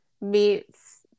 meets